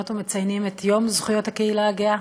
ומציינים את יום זכויות הקהילה הגאה.